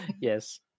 yes